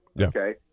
Okay